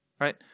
right